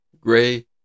Gray